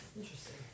Interesting